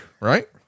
right